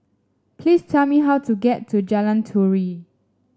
please tell me how to get to Jalan Turi